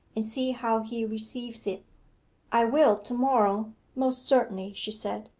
and see how he receives it i will to-morrow, most certainly she said.